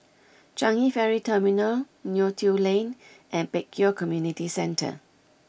Changi Ferry Terminal Neo Tiew Lane and Pek Kio Community Centre